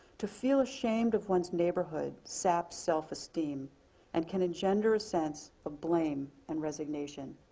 to feel ashamed of one's neighborhood saps self-esteem and can engender a sense of blame and resignation.